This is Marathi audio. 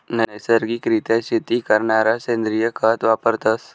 नैसर्गिक रित्या शेती करणारा सेंद्रिय खत वापरतस